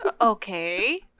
Okay